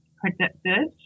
predicted